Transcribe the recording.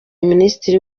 minisitiri